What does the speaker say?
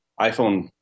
iphone